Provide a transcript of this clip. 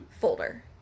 folder